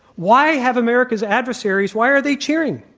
why have america's adversaries why are they cheering?